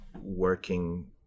working